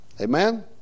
Amen